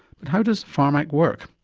but how does pharmac work?